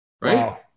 Right